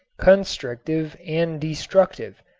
constructive and destructive,